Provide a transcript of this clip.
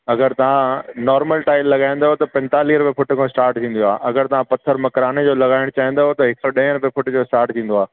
अगरि तव्हां normal tile लॻाईंदुव त पंतालीह रुपए फुट खां स्टाट थींदियूं आहे अगरि तव्हां पथर मकराने जो लॻाइण चाईंदुव त हिकु सौ ॾहे रुपए फुट जो इस्टाट थींदो आहे